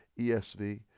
ESV